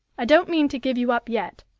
i don't mean to give you up yet,